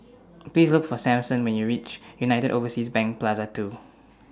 Please Look For Samson when YOU REACH United Overseas Bank Plaza two